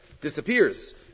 disappears